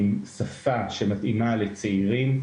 עם שפה שמתאימה לצעירים,